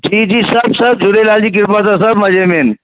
जी जी सभु सभु झूलेलाल जी कृपा सां सभु मज़े में आहिनि